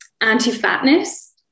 anti-fatness